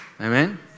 Amen